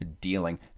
dealing